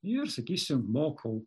ir sakysim mokau